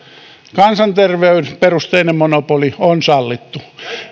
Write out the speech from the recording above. kansanterveysperusteinen monopoli on sallittu